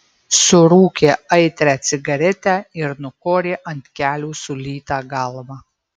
surūkė aitrią cigaretę ir nukorė ant kelių sulytą galvą